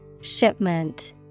Shipment